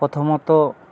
প্রথমত